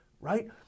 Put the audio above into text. right